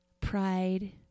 pride